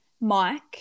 Mike